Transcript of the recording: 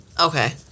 okay